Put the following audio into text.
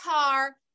car